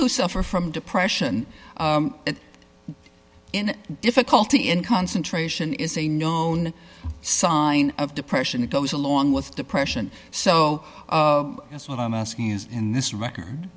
who suffer from depression in difficulty in concentration is a known sign of depression that goes along with depression so that's what i'm asking is in this record